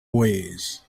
ways